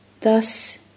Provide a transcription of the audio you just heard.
Thus